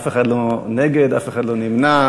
אף אחד לא נגד ואף אחד לא נמנע.